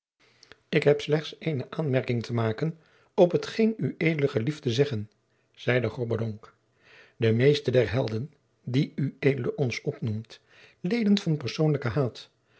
ik heb slechts eene aanmerking te maken op hetgeen ued gelieft te zeggen zeide grobbendonck de meesten der helden die ued ons opnoemt leden van persoonlijken haat